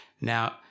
Now